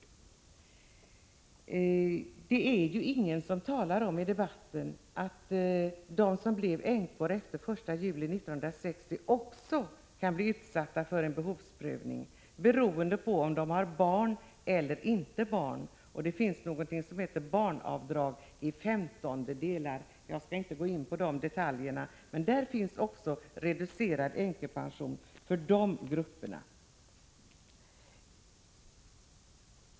Det är ju ingen som i debatten talar om att de som blev änkor efter den 1 juli 1960 också kan bli utsatta för en behovsprövning beroende på om de har barn eller inte. Det finns någonting som heter barnavdrag, som beräknas i femtondedelar. Jag skall inte gå in närmare på de detaljerna. Det förekommer alltså reducerad änkepension också för de grupperna.